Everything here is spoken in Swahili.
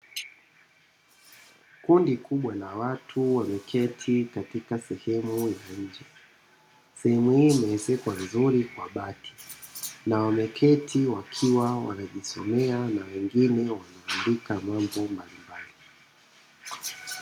Kundi kubwa la watu walioketi katika sehemu ya njee, sehemu hii imeezekwa vizuri kwa bati nawameketi wakiwa wanajisomea na wengine wanaandika mambo mbalimbali.